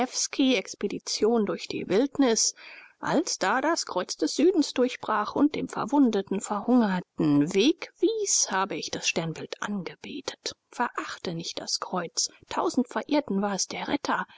zelewskiexpedition durch die wildnis als da das kreuz des südens durchbrach und dem verwundeten verhungerten weg wies habe ich das sternbild angebetet verachte nicht das kreuz tausend verirrten war es der retter